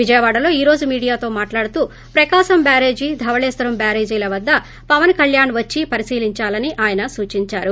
విజయవాడలో ఈ రోజు మీడియాతో మాట్లాడుతూ ప్రకాశం బ్యారేజీ ధవళేశ్వరం బ్యారేజీల వద్దకు పవన్ కల్యాణ్ వచ్చి పరిశీలించాలని ఆయన సూచించారు